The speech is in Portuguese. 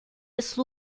esse